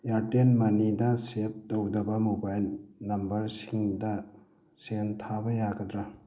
Airtel ꯃꯅꯤꯗ ꯁꯦꯞ ꯇꯧꯗꯕ ꯃꯣꯕꯥꯏꯜ ꯅꯝꯕꯔꯁꯤꯡꯗ ꯁꯦꯜ ꯊꯥꯕ ꯌꯥꯒꯗ꯭ꯔꯥ